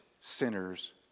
sinners